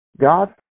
God